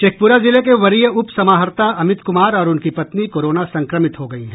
शेखपुरा जिले के वरीय उप समाहर्ता अमित कुमार और उनकी पत्नी कोरोना संक्रमित हो गयी हैं